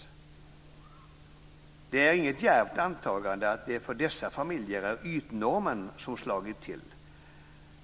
Det är inget djärvt antagande att det för dessa familjer är ytnormen som har slagit till.